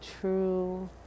true